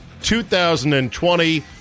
2020